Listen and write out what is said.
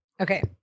Okay